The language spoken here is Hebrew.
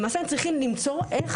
למעשה, הם צריכים למצוא איך